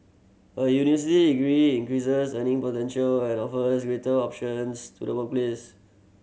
a university degree increases earning potential and offers greater options to the workplace